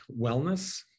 wellness